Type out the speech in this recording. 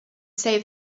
save